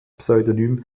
pseudonym